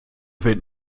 wird